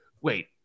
wait